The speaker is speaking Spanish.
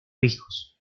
hijos